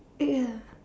ya